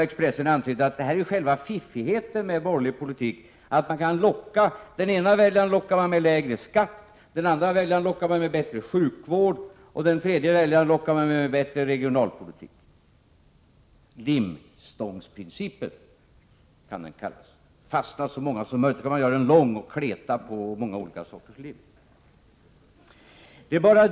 Expressen antydde att det var själva fiffigheten med borgerlig politik att man kunde locka den ena väljaren med lägre skatt, den andra väljaren med bättre sjukvård och den tredje väljaren med bättre regionalpolitik. Limstångsprincipen kan den kallas. Där fastnar så många som möjligt. Man kan göra den lång och kleta på många olika sorters lim.